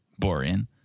Borean